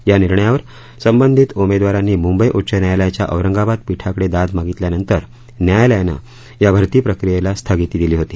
या निणयावर संबंधित उमेदवारांनी मुंबई उ च यायालया या औरंगाबाद पीठाकडे दाद मागित यानंतर यायालयानं या भत ियेला थगिती दिली होती